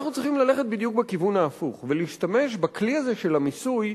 אנחנו צריכים ללכת בדיוק בכיוון ההפוך ולהשתמש בכלי הזה של המיסוי,